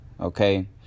okay